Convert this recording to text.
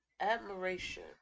Admiration